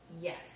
Yes